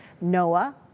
Noah